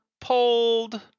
pulled